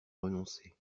renoncer